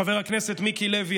חבר הכנסת מיקי לוי,